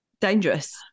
Dangerous